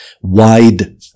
wide